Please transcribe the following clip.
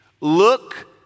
look